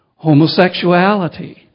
Homosexuality